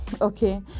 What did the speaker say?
okay